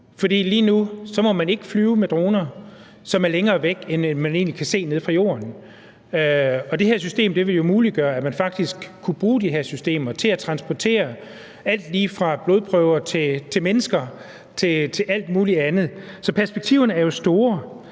for lige nu må man ikke flyve med droner, som er længere væk, end at man egentlig kan se dem nede fra jorden. Og man vil faktisk kunne bruge de her systemer til at transportere alt lige fra blodprøver til mennesker til alt muligt andet; det vil det her system